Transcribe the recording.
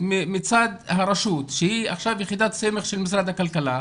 מצד הרשות שהיא עכשיו יחידת סמך של משרד הכלכלה,